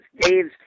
Dave's